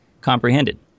comprehended